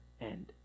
end